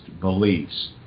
beliefs